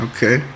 Okay